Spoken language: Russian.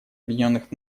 объединенных